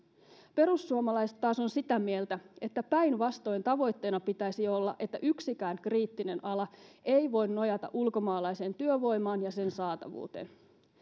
perussuomalaiset taas on sitä mieltä että päinvastoin tavoitteena pitäisi olla että yksikään kriittinen ala ei voi nojata ulkomaalaiseen työvoimaan ja sen saatavuuteen